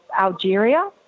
Algeria